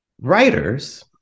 writers